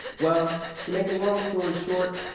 well, to make a long story short,